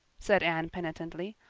said anne penitently.